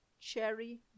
cherry